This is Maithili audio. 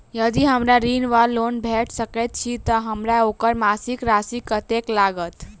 यदि हमरा ऋण वा लोन भेट सकैत अछि तऽ हमरा ओकर मासिक राशि कत्तेक लागत?